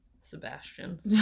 Sebastian